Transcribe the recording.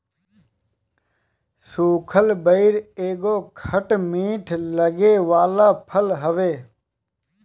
सुखल बइर एगो खट मीठ लागे वाला फल हवे